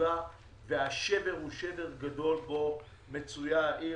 מצוקה והשבר בו מצויה העיר